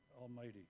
almighty